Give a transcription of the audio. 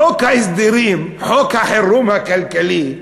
חוק ההסדרים, חוק החירום הכלכלי,